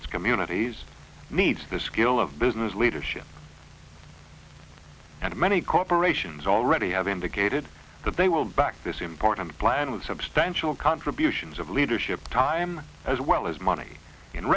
its communities needs the skill of business leadership and many corporations already have indicated that they will back this important plan with substantial contributions of leadership time as well as money in